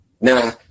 now